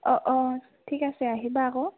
অ অ ঠিক আছে আহিবা আকৌ